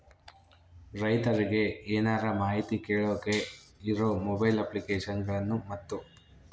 ರೈತರಿಗೆ ಏನರ ಮಾಹಿತಿ ಕೇಳೋಕೆ ಇರೋ ಮೊಬೈಲ್ ಅಪ್ಲಿಕೇಶನ್ ಗಳನ್ನು ಮತ್ತು?